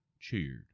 cheered